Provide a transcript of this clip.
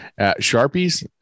sharpies